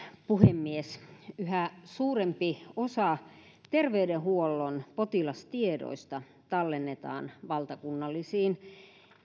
puhemies yhä suurempi osa terveydenhuollon potilastiedoista tallennetaan valtakunnallisiin